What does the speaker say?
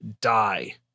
die